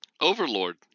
overlord